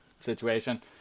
situation